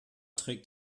trägt